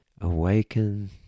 Awaken